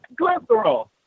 Cholesterol